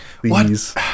please